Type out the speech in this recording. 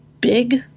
big